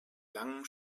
langen